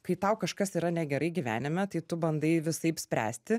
kai tau kažkas yra negerai gyvenime tai tu bandai visaip spręsti